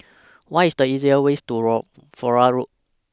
What IS The easier ways to Flora Road